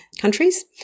countries